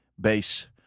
base